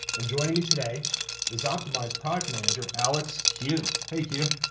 and joining me today is optimized product manager alex q. hey, q.